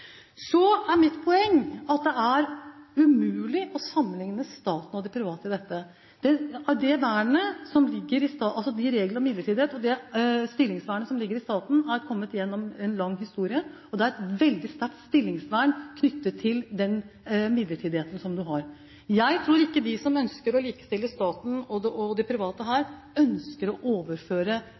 Så er mitt poeng at det er umulig å sammenligne staten og det private her. Reglene om midlertidighet og det stillingsvernet som ligger i staten, er kommet til gjennom en lang historie, og det er et veldig sterkt stillingsvern knyttet til den midlertidigheten en har. Jeg tror ikke de som ønsker å likestille staten og det private her, ønsker å overføre